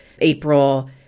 April